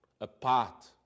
apart